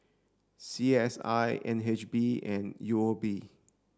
C S I N H B and U O B